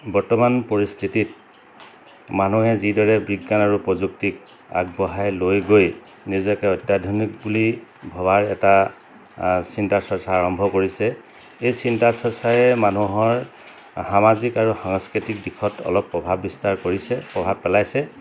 বৰ্তমান পৰিস্থিতিত মানুহে যিদৰে বিজ্ঞান আৰু প্ৰযুক্তিক আগবঢ়াই লৈ গৈ নিজকে অত্যাধুনিক বুলি ভবাৰ এটা চিন্তা চৰ্চা আৰম্ভ কৰিছে এই চিন্তা চৰ্চাৰে মানুহৰ সামাজিক আৰু সাংস্কৃতিক দিশত অলপ প্ৰভাৱ বিস্তাৰ কৰিছে প্ৰভাৱ পেলাইছে